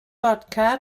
fodca